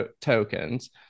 tokens